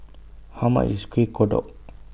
How much IS Kueh Kodok